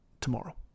tomorrow